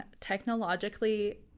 technologically